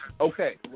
Okay